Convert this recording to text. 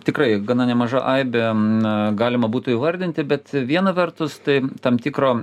tikrai gana nemaža aibė na galima būtų įvardinti bet viena vertus tai tam tikro